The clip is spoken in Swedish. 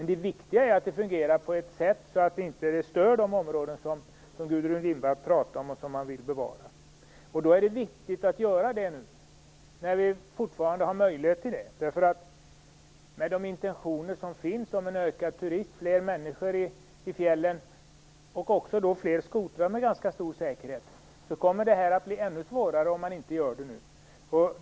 Det viktiga är att den fungerar på ett sätt som gör att den inte stör de områden som Gudrun Lindvall pratar om och som man vill bevara. Då är det viktigt att bevara dem nu, när vi fortfarande har möjlighet till det. Med de intentioner som finns om en ökad turism, fler människor i fjällen och med ganska stor säkerhet fler skotrar kommer detta att bli ännu svårare om man inte gör det nu.